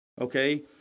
okay